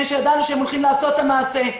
שידענו שהם הולכים לעשות את המעשה,